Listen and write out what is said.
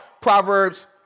Proverbs